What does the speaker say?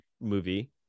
movie